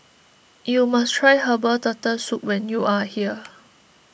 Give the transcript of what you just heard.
you must try Herbal Turtle Soup when you are here